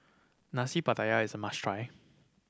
Nasi Pattaya is a must try